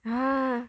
ah